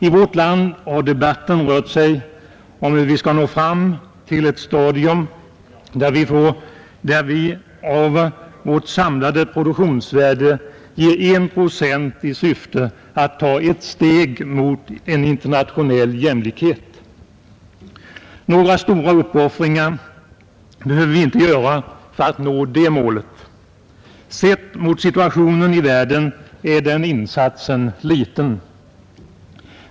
I vårt land har debatten rört sig om hur vi skall nå fram till ett stadium där vi av vårt samlade produktionsvärde ger en procent i syfte att ta ett steg mot en internationell jämlikhet. Några stora uppoffringar behöver vi inte göra för att nå det målet. Sedd mot situationen i världen är den insatsen liten.